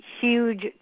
huge